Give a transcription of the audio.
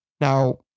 Now